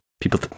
people